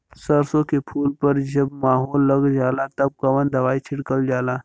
सरसो के फूल पर जब माहो लग जाला तब कवन दवाई छिड़कल जाला?